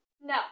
No